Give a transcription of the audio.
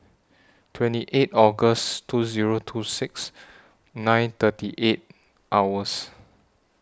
twenty eight August two Zero two six nine thirty eight hours